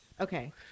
Okay